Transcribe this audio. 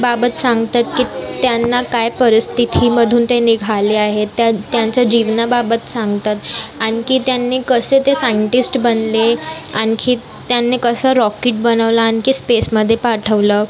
बाबत सांगतात की त्यांना काय परिस्थितीमधून ते निघाले आहेत त्या त्यांच्या जीवनाबाबत सांगतात आणखी त्यांनी कसे ते सांयटीस्ट बनले आणखी त्यांनी कसं रॉकीट बनवलं आणखी स्पेसमध्ये पाठवलं